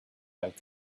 back